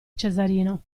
cesarino